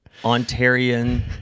Ontarian